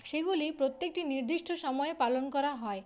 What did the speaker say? সেগুলি প্রত্যেকটি নির্দিষ্ট সময়ে পালন করা হয়